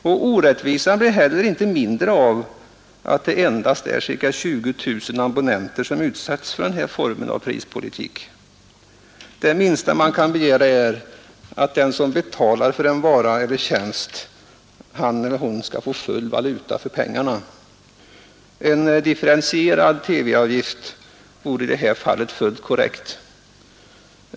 Och orättvisan blir heller inte mindre av att det endast är ca 20 000 abonnenter som utsätts för denna form av prispolitik. Det minsta man kan begära är att den som betalar för en vara eller tjänst får full valuta för pengarna. En differentierad TV-avgift vore i detta fall helt korrekt.